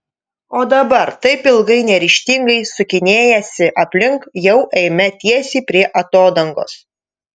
o dabar taip ilgai neryžtingai sukinėjęsi aplink jau eime tiesiai prie atodangos